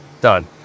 Done